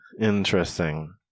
Interesting